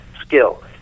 skill